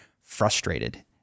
frustrated